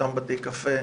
באותם בתי קפה,